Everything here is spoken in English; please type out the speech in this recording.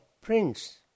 prince